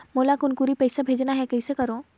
मोला कुनकुरी पइसा भेजना हैं, कइसे करो?